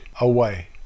away